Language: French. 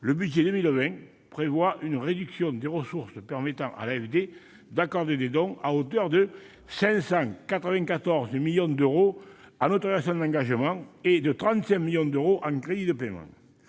le projet de loi de finances pour 2020 prévoit une réduction des ressources permettant à l'AFD d'accorder des dons, à hauteur de 594 millions d'euros en autorisations d'engagement et de 35 millions d'euros en crédits de paiement.